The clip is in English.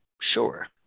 Sure